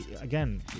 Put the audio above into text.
Again